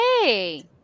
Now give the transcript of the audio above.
hey